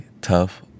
tough